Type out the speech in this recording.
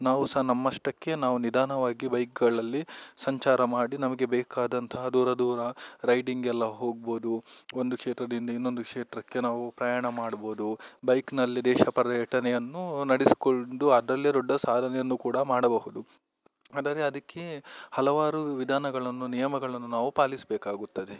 ನಾವು ಸಹ ನಮ್ಮಷ್ಟಕ್ಕೇ ನಾವು ನಿಧಾನವಾಗಿ ಬೈಕ್ಗಳಲ್ಲಿ ಸಂಚಾರ ಮಾಡಿ ನಮಗೆ ಬೇಕಾದಂತಹ ದೂರ ದೂರ ರೈಡಿಂಗ್ ಎಲ್ಲ ಹೋಗ್ಬೋದು ಒಂದು ಕ್ಷೇತ್ರದಿಂದ ಇನ್ನೊಂದು ಕ್ಷೇತ್ರಕ್ಕೆ ನಾವು ಪ್ರಯಾಣ ಮಾಡ್ಬೋದು ಬೈಕ್ನಲ್ಲಿ ದೇಶ ಪರ್ಯಟನೆಯನ್ನು ನಡೆಸಿಕೊಂಡು ಅದರಲ್ಲಿ ದೊಡ್ಡ ಸಾಧನೆಯನ್ನು ಕೂಡ ಮಾಡಬಹುದು ಅದರೆ ಅದಕ್ಕೆ ಹಲವಾರು ವಿಧಾನಗಳನ್ನು ನಿಯಮಗಳನ್ನು ನಾವು ಪಾಲಿಸಬೇಕಾಗುತ್ತದೆ